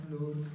Lord